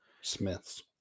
Smith's